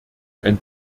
ein